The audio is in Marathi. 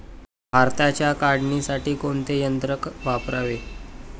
भाताच्या काढणीसाठी कोणते यंत्र वापरावे?